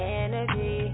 energy